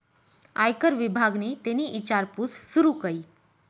आयकर विभागनि तेनी ईचारपूस सूरू कई